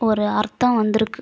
ஒரு அர்த்தம் வந்திருக்கு